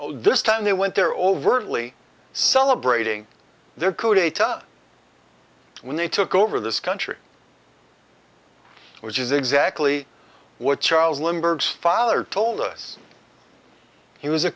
oh this time they went there overtly celebrating their coup d'etat when they took over this country which is exactly what charles lindbergh's father told us he was a